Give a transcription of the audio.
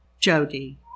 Jody